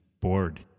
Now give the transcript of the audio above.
bored